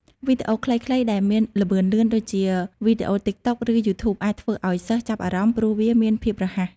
វីដេអូខ្លីៗដែលមានល្បឿនលឿនដូចជាវីដេអូ TikTok ឬ Youtube អាចធ្វើឱ្យសិស្សចាប់អារម្មណ៍ ព្រោះវាមានភាពរហ័ស។